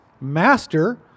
Master